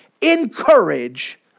encourage